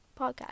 podcast